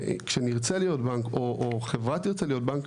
כשנרצה להיות בנק או חברה תרצה להיות בנק,